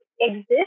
exist